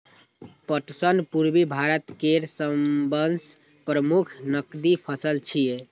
पटसन पूर्वी भारत केर सबसं प्रमुख नकदी फसल छियै